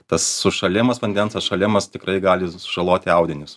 tas sušalimas vandens atšalimas tikrai gali sužaloti audinius